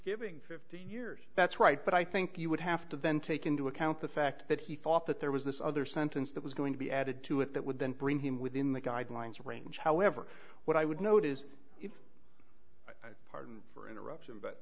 giving fifteen years that's right but i think you would have to then take into account the fact that he thought that there was this other sentence that was going to be added to it that would then bring him within the guidelines range however what i would note is pardon for interruption but